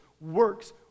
Works